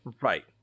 Right